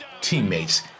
teammates